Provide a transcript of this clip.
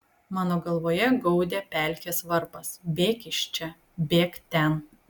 mano galvoje gaudė pelkės varpas bėk iš čia bėk ten